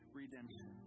redemption